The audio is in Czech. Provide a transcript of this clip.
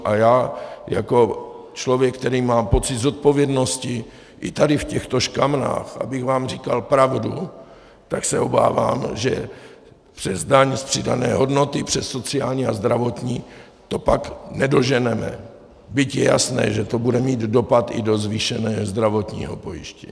A já jako člověk, který mám pocit zodpovědnosti i tady v těchto škamnách, abych vám říkal pravdu, tak se obávám, že přes daň z přidané hodnoty, přes sociální a zdravotní to pak nedoženeme, byť je jasné, že to bude mít dopad i do zvýšeného zdravotního pojištění.